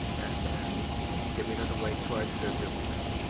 and and giving it away to our servicemen,